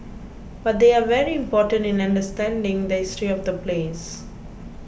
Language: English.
but they are very important in understanding the history of the place